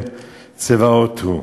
צבאות הוא".